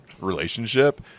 relationship